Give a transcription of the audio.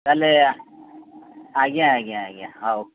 ତାହେଲେ ଆଜ୍ଞା ଆଜ୍ଞା ଆଜ୍ଞା ହଉ